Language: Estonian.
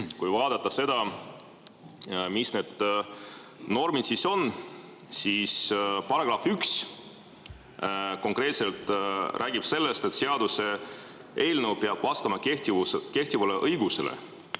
Kui vaadata seda, mis need normid on, siis § 1 räägib konkreetselt sellest, et seaduseelnõu peab vastama kehtivale õigusele.